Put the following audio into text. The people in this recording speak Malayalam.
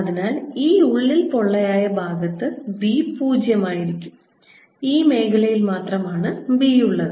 അതിനാൽ ഈ ഉള്ളിൽ പൊള്ളയായ ഭാഗത്ത് b പൂജ്യമായിരിക്കും ഈ മേഖലയിൽ മാത്രമാണ് b ഉള്ളത്